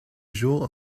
jour